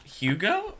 Hugo